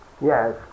Yes